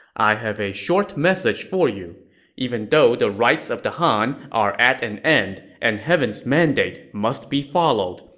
i have a short message for you even though the rites of the han are at an end and heaven's mandate must be followed,